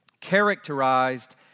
characterized